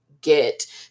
get